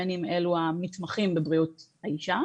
בין אם אלו מתמחים בבריאות האישה